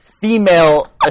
female-